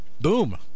boom